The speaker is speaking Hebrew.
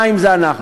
מים זה אנחנו.